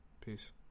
Peace